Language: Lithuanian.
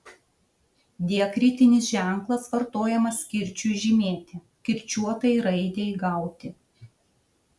diakritinis ženklas vartojamas kirčiui žymėti kirčiuotai raidei gauti